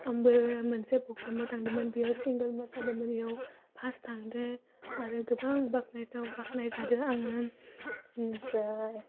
आंबो मोनसे फ्रग्रामाव थांदोंमोन बेयाव सिंगेल मोसादोंमोन बेव फास थांदों आरो गोबां बाख्नायथाव बाख्नाय जादों आङो ओमफ्राय